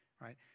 right